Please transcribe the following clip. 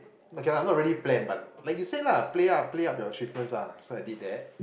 okay lah not really plan but like you said lah play up play up your achievements ah so I did that